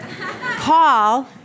Paul